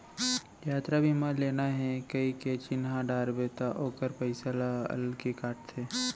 यातरा बीमा लेना हे कइके चिन्हा डारबे त ओकर पइसा ल अलगे काटथे